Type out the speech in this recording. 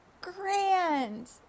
grand